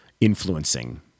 influencing